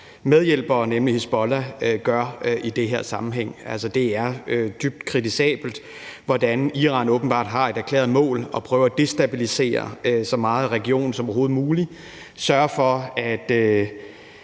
medhjælpere, nemlig Hizbollah, har i den her sammenhæng. Det er dybt kritisabelt, hvordan Iran åbenbart har et erklæret mål om at prøve at destabilisere så meget af regionen som overhovedet muligt og at sørge for at